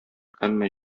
һәммә